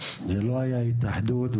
זאת לא היתה ההתאחדות,